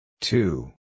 Two